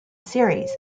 series